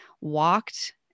walked